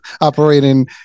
operating